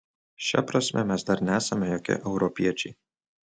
šia prasme mes dar nesame jokie europiečiai